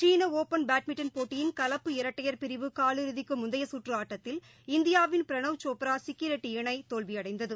சீன open badminton போட்டியின் கலப்பு இரட்டையர் பிரிவு கால் இறுதிக்கு முந்தைய சுற்று ஆட்டத்தில் இந்தியாவின் பிரணாவ் சோப்ரா சிக்கிரெட்டி இணை தோல்வியடைந்தது